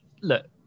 look